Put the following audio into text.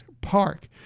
park